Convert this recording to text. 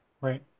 right